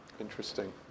Interesting